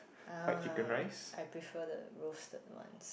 uh I prefer the roasted ones